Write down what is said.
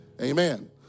Amen